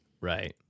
Right